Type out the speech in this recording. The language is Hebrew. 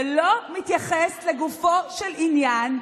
ולא מתייחס לגופו של עניין,